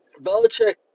Belichick